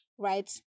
right